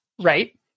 Right